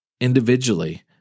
individually